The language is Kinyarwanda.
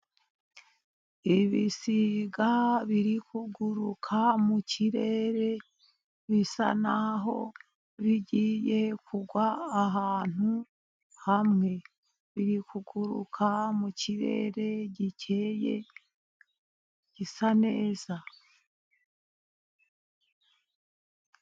Ibisiga biri kuguruka mu kirere. Bisa n'aho bigiye kugwa ahantu hamwe, biri kuguruka mu kirere gikeye, gisa neza.